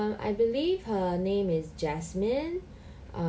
I believe her name is jasmine